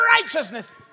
righteousness